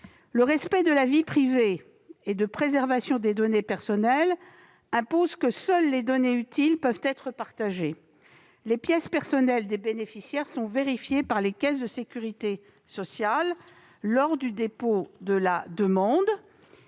Le respect de la vie privée et la préservation des données personnelles imposent que seules les données utiles puissent être partagées. Les pièces personnelles des bénéficiaires sont vérifiées par les caisses de sécurité sociale lors du dépôt de la demande